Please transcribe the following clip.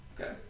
Okay